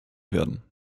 werden